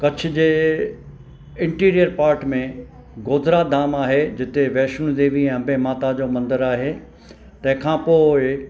कच्छ जे interior part में गोधरा धाम आहे जिते वैष्नो देवी अंबे माता जो मंदरु आहे तंहिंखां पोइ